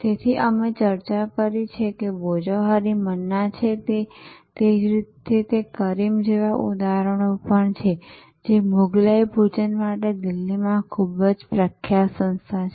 તેથી અમે ચર્ચા કરી કે ભોજોહોરી મન્ના છે અને તે જ રીતે કરીમ જેવા ઉદાહરણો છે જે મુગલાઈ ભોજન માટે દિલ્હીમાં ખૂબ પ્રખ્યાત સંસ્થા છે